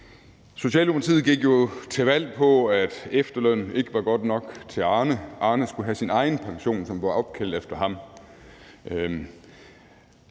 Socialdemokratiet gik jo til valg på, at efterlønnen ikke var god nok til Arne. Arne skulle have sin egen pension, som blev opkaldt efter ham.